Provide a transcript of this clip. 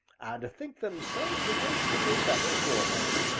and think themselves a great deal better for them.